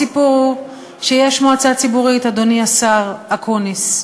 הסיפור, שיש מועצה ציבורית, אדוני השר אקוניס.